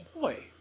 boy